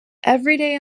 everybody